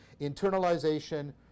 internalization